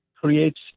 creates